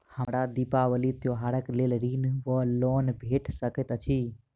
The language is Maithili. हमरा दिपावली त्योहारक लेल ऋण वा लोन भेट सकैत अछि?